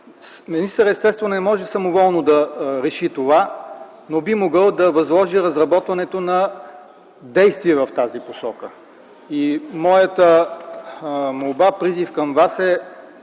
Министърът естествено не може самоволно да реши това, но би могъл да възложи разработването на действия в тази посока. Моята молба и призив към Вас е: